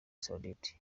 saoudite